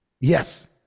Yes